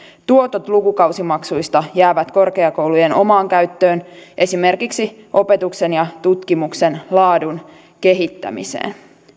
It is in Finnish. tuotot lukukausimaksuista jäävät korkeakoulujen omaan käyttöön esimerkiksi opetuksen ja tutkimuksen laadun kehittämiseen